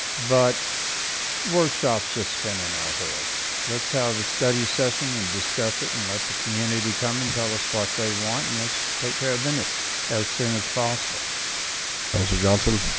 but workshops just spinning our wheels let's have a study session and discuss it and let the community come and tell us what they want and let's take care of business as soon as possible elsa johnson